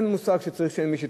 אין מצב שאין מי שיטפל.